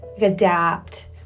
adapt